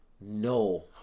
No